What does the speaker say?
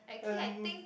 and